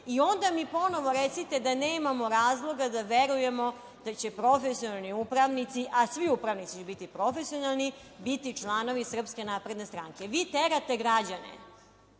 i onda mi ponovo recite da nemamo razloga da verujemo da će profesionalni upravnici, a svi upravnici će biti profesionalni, biti članovi SNS.Vi terate građane